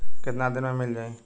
कितना दिन में मील जाई?